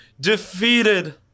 defeated